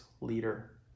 leader